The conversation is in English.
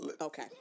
Okay